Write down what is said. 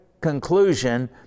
conclusion